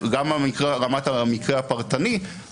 רשאי הוא לתת כל הוראה או סעד הנראים לו דרושים בנסיבות העניין,